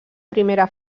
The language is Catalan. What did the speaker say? primera